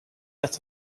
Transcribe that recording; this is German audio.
dass